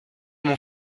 mon